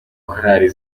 korali